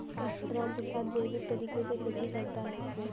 रामप्रसाद जैविक तरीके से खेती करता है